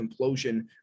implosion